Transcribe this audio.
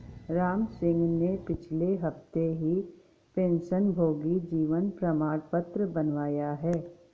रामसिंह ने पिछले हफ्ते ही पेंशनभोगी जीवन प्रमाण पत्र बनवाया है